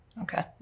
Okay